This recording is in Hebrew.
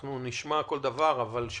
נשמע כל דבר אבל שוב,